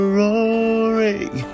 roaring